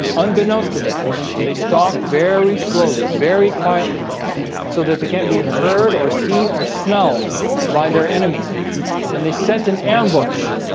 unbeknownst to them stalk very slowly very quietly so that they can't be heard or seen or smelled by their enemy and they set an ambush